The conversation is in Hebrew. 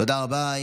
תודה רבה.